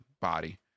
body